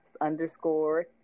underscore